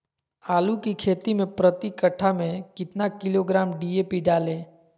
आलू की खेती मे प्रति कट्ठा में कितना किलोग्राम डी.ए.पी डाले?